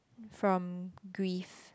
from grief